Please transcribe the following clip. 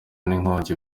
n’inkongi